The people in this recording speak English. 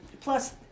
Plus